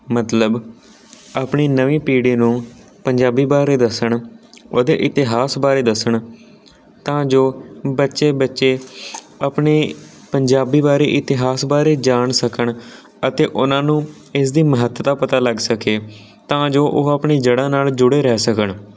ਮਤਲਬ ਆਪਣੀ ਨਵੀਂ ਪੀੜੀ ਨੂੰ ਪੰਜਾਬੀ ਬਾਰੇ ਦੱਸਣ ਉਹਦੇ ਇਤਿਹਾਸ ਬਾਰੇ ਦੱਸਣ ਤਾਂ ਜੋ ਬੱਚੇ ਬੱਚੇ ਆਪਣੇ ਪੰਜਾਬੀ ਬਾਰੇ ਇਤਿਹਾਸ ਬਾਰੇ ਜਾਣ ਸਕਣ ਅਤੇ ਉਹਨਾਂ ਨੂੰ ਇਸਦੀ ਮਹੱਤਤਾ ਪਤਾ ਲੱਗ ਸਕੇ ਤਾਂ ਜੋ ਉਹ ਆਪਣੀ ਜੜ੍ਹਾਂ ਨਾਲ ਜੁੜ੍ਹੇ ਰਹਿ ਸਕਣ